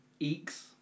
Eeks